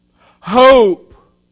hope